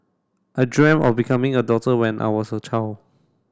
I dreamt of becoming a doctor when I was a child